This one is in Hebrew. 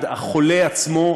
החולה עצמו,